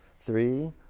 three